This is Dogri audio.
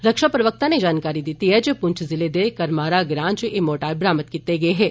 रक्षा प्रवक्ता नै जानकारी दिती ऐ जे प्ंछ जिले दे करमारा ग्रां च ए मोर्टार बरामद कीते गे हे